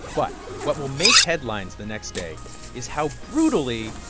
but what will make headlines the next day is how brutally,